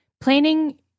planning